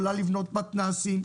יכולה לבנות מתנ"סים,